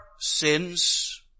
sins